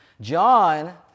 John